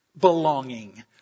belonging